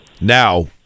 Now